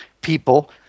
people